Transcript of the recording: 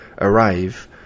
arrive